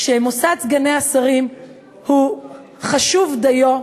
שמוסד סגני השרים חשוב דיו,